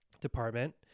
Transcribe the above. department